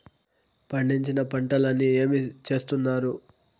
పండించిన పంటలని ఏమి చేస్తున్నారు?